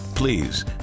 Please